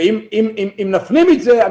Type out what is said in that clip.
אם נפנים את זה,